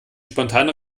spontane